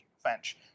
French